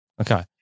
Okay